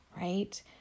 Right